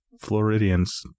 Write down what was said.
floridians